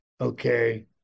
Okay